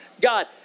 God